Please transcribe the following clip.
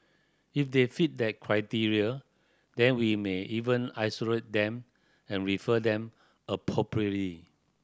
if they fit that criteria then we may even isolate them and refer them appropriately